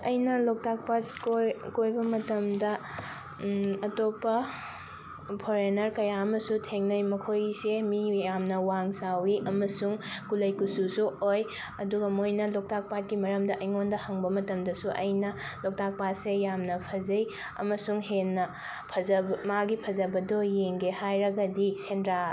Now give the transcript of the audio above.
ꯑꯩꯅ ꯂꯣꯛꯇꯥꯛ ꯄꯥꯠ ꯀꯣꯏꯕ ꯃꯇꯝꯗ ꯑꯇꯣꯞꯄ ꯐꯣꯔꯦꯟꯅꯔ ꯀꯌꯥ ꯑꯃꯁꯨ ꯊꯦꯡꯅꯩ ꯃꯈꯣꯏꯁꯦ ꯃꯤ ꯌꯥꯝꯅ ꯋꯥꯡ ꯆꯥꯎꯋꯤ ꯑꯃꯁꯨꯡ ꯀꯨꯂꯩ ꯀꯨꯆꯨꯁꯨ ꯑꯣꯏ ꯑꯗꯨꯒ ꯃꯣꯏꯅ ꯂꯣꯛꯇꯥꯛ ꯄꯥꯠꯀꯤ ꯃꯔꯝꯗ ꯑꯩꯉꯣꯟꯗ ꯍꯪꯕ ꯃꯇꯝꯗꯁꯨ ꯑꯩꯅ ꯂꯣꯛꯇꯥꯛ ꯄꯥꯠꯁꯤ ꯌꯥꯝꯅ ꯐꯖꯩ ꯑꯃꯁꯨꯡ ꯍꯦꯟꯅ ꯐꯖꯕ ꯃꯥꯒꯤ ꯐꯖꯕꯗꯣ ꯌꯦꯡꯒꯦ ꯍꯥꯏꯔꯒꯗꯤ ꯁꯦꯟꯗ꯭ꯔꯥ